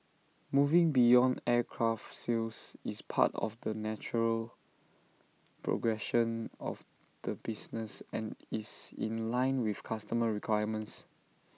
moving beyond aircraft sales is part of the natural progression of the business and is in line with customer requirements